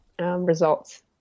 results